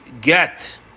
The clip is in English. get